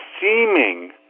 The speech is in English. seeming